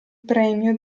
premio